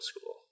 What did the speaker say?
school